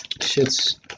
shit's